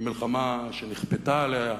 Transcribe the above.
במלחמה שנכפתה עליה.